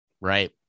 right